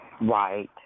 Right